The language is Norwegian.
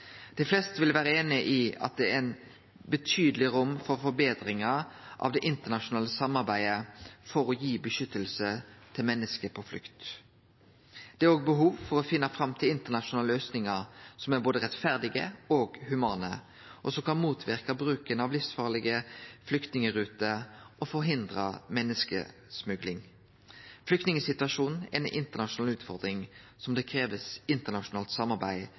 Dei fleste vil vere einige i at det er eit betydeleg rom for betring av det internasjonale samarbeidet for å gi beskyttelse til menneske på flukt. Det er òg behov for å finne fram til internasjonale løysingar som er både rettferdige og humane, og som kan motverke bruken av livsfarlege flyktningruter og forhindre menneskesmugling. Flyktningsituasjonen er ei internasjonal utfordring som det krevst internasjonalt samarbeid